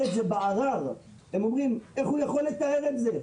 את זה בערר הם אומרים: איך הוא יכול לתאר את זה?